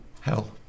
Hell